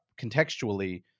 contextually